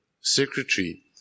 secretary